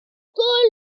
public